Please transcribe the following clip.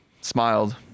smiled